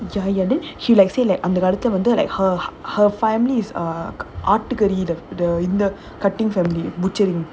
ya ya then she like say like அந்த வருத்தம் வந்து:andha varutham vandhu like her her family's uh in the cutting family butchering